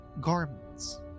garments